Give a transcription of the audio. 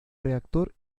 reactor